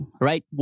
right